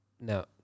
No